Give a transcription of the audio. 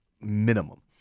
minimum